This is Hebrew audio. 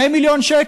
2 מיליון שקלים.